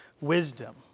wisdom